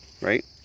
right